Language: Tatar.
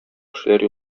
кешеләр